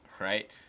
right